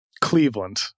Cleveland